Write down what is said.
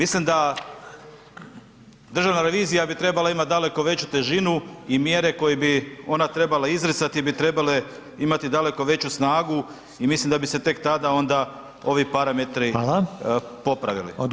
Mislim da Državna revizija bi trebala imati daleko veću težinu i mjere koje bi trebala izricati bi trebale imati daleko veću snagu i mislim da bi se tek tada onda ovi parametri [[Upadica: Hvala]] popravili.